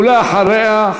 ואחריה,